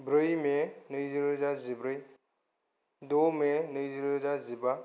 ब्रै मे नै रोजा जिब्रै द' मे नै रोजा जिबा